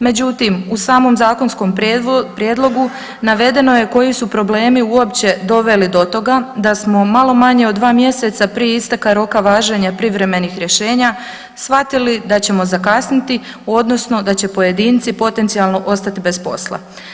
Međutim, u samom zakonskom prijedlogu navedeno je koji su problemi uopće doveli do toga da smo malo manje od dva mjeseca prije isteka roka važenja privremenih rješenja shvatili da ćemo zakasniti odnosno da će pojedinci potencijalno ostati bez posla.